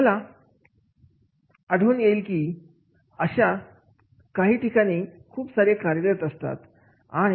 तुम्हाला आठवण येते की अशा ठिकाणी खूप सारी कार्यरत असतात